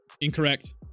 incorrect